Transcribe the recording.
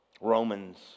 Romans